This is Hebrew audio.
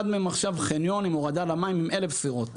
מהם חניון עם הורדה למים עם 1000 סירות,